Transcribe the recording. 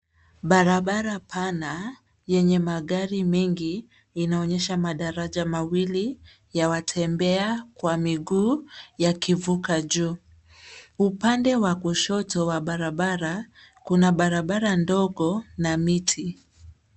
Barabara pana yenye magari mengi, inaonyesha madaraja mawili ya watembea kwa miguu, yakivuka juu. Upande wa kushoto wa barabara, kuna barabara ndogo na miti.